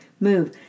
move